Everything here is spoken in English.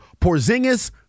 Porzingis